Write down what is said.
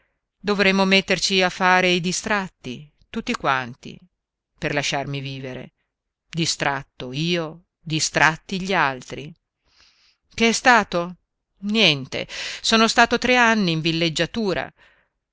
dovremmo metterci a fare i distratti tutti quanti per lasciarmi vivere distratto io distratti gli altri che è stato niente sono stato tre anni in villeggiatura